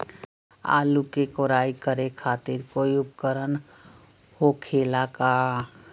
आलू के कोराई करे खातिर कोई उपकरण हो खेला का?